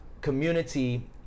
community